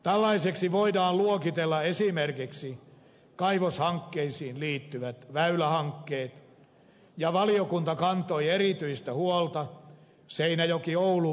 tällaisiksi voidaan luokitella esimerkiksi kaivoshankkeisiin liittyvät väylähankkeet ja valiokunta kantoi erityistä huolta seinäjokioulu ratahankkeen tulevaisuudesta